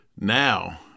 now